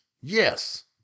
yes